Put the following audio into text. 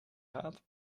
gaat